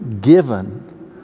given